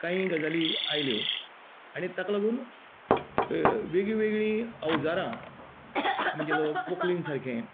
काहीं गजाली आयल्यो आनी ताका लागून वेगळीं वेगळीं अवजारां आमगेलो पोकलीन सारकें